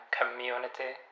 community